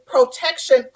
protection